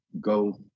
go